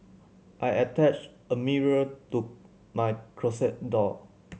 I attached a mirror to my closet door